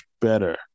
better